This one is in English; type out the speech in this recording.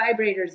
vibrators